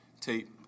tape